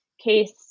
case